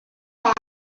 out